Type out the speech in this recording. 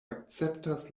akceptas